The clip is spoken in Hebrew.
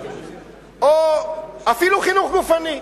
או אפילו חינוך גופני.